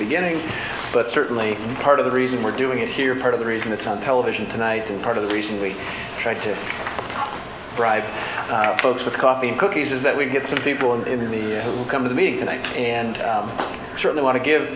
beginning but certainly part of the reason we're doing it here part of the reason it's on television tonight and part of the reason we try to bribe folks with coffee and cookies is that we get some people in the year who come to the meeting tonight and certainly want to give